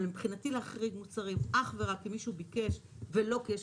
אבל מבחינתי להחריג מוצרים אך ורק אם מישהו ביקש ולא כי יש